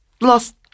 lost